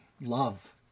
love